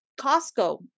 Costco